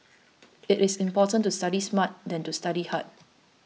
it is important to study smart than to study hard